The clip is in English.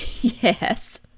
Yes